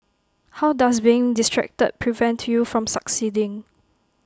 how does being distracted prevent you from succeeding